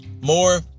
More